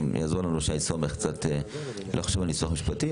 גם שי סומך ממשרד המשפטים יעזור לנו לחשוב על ניסוח משפטי.